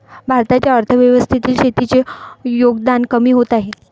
भारताच्या अर्थव्यवस्थेतील शेतीचे योगदान कमी होत आहे